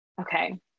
Okay